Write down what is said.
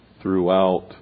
throughout